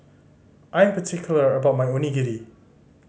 I am particular about my Onigiri